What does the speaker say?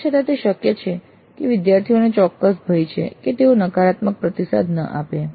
તેમ છતાં તે શક્ય છે કે વિદ્યાર્થીઓને ચોક્કસ ભય છે કે તેઓ નકારાત્મક પ્રતિસાદ ન આપે